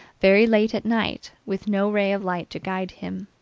very late at night, with no ray of light to guide him.